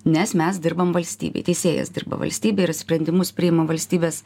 nes mes dirbam valstybei teisėjas dirba valstybei ir sprendimus priima valstybės